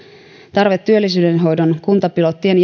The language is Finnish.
tarve työllisyyden hoidon kuntapilottien